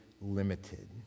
limited